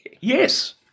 yes